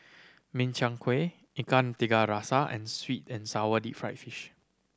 Min Chiang Kueh Ikan Tiga Rasa and sweet and sour deep fried fish